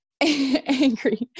angry